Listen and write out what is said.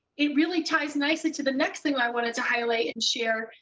it really ties nicely to the next thing i want to highlight and share.